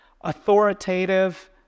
authoritative